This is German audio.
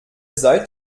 seid